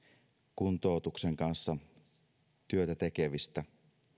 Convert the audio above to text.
kuntoutuksen kanssa työtä tekevistä